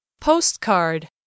Postcard